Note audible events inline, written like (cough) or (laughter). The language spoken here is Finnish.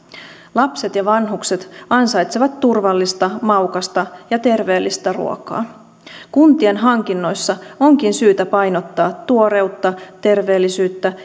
lapset ja vanhukset ansaitsevat turvallista maukasta ja terveellistä ruokaa kuntien hankinnoissa onkin syytä painottaa tuoreutta terveellisyyttä (unintelligible)